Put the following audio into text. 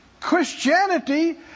Christianity